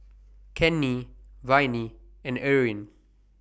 Cannie Viney and Eryn